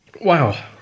wow